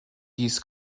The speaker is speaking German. dies